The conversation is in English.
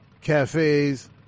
cafes